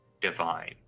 divine